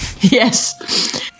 Yes